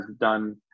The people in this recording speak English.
done